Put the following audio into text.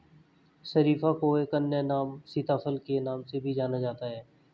शरीफा को एक अन्य नाम सीताफल के नाम से भी जाना जाता है